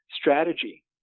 strategy